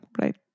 right